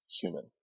human